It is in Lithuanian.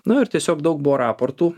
nu ir tiesiog daug buvo raportų